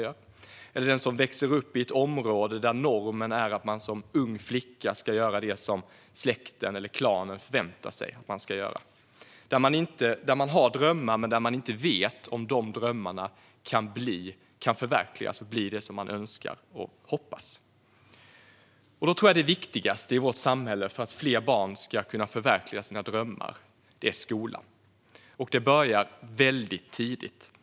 Jag tänker på dem som växer upp i ett område där normen är att man som ung flicka ska göra det som släkten eller klanen förväntar sig att man ska göra, där man har drömmar men där man inte vet om dessa drömmar kan förverkligas så att man kan bli det som man önskar och hoppas. För att fler barn ska kunna förverkliga sina drömmar tror jag att det viktigaste i vårt samhälle är skolan. Det börjar väldigt tidigt.